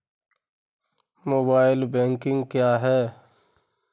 Mobile banking क्या है?